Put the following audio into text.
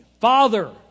Father